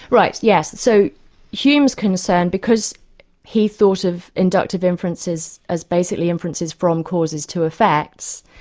right. yes. so hume's concerned because he thought of inductive inferences as basically inferences from causes to effects.